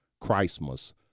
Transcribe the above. Christmas